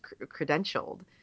credentialed